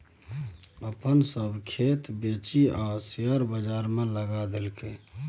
अपन सभ खेत बेचिकए ओ शेयर बजारमे लगा देलकै